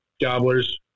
gobblers